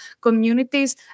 communities